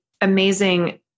amazing